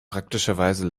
praktischerweise